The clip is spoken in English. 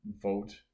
vote